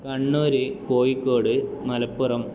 Kannur Kozhikode Malappuram